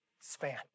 span